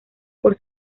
por